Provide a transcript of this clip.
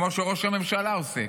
כמו שראש הממשלה עושה,